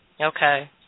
Okay